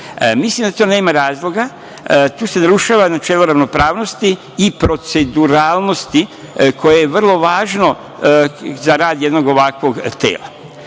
minuta. Mislim da to nema razloga. Tu se narušava načelo ravnopravnosti i proceduralnosti koje je vrlo važno za rad jednog ovakvog tela.